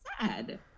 sad